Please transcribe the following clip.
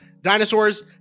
dinosaurs